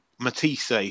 Matisse